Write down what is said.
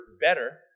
better